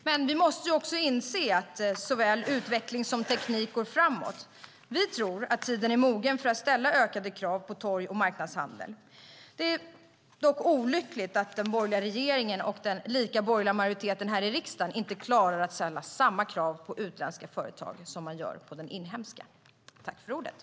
Men vi måste också inse att såväl utveckling som teknik går framåt. Vi tror att tiden är mogen för att ställa ökade krav på torg och marknadshandeln. Det är dock olyckligt att den borgerliga regeringen och den lika borgerliga majoriteten här i riksdagen inte klarar att ställa samma krav på utländska företag som man ställer på inhemska företag.